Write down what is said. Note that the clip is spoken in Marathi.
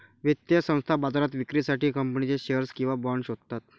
वित्तीय संस्था बाजारात विक्रीसाठी कंपनीचे शेअर्स किंवा बाँड शोधतात